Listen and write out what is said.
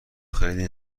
خیلی